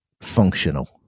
functional